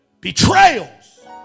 betrayals